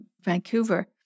Vancouver